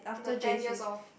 the ten years of